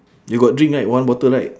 you got drink right one bottle right